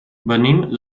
venim